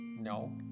No